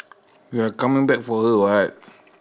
we are coming back for her [what]